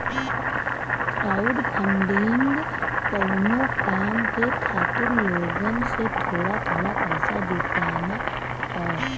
crowdfunding कउनो काम के खातिर लोगन से थोड़ा थोड़ा पइसा जुटाना हौ